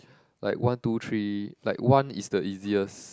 like one two three like one is the easiest